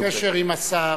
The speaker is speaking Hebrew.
אתה תהיה בקשר עם השר,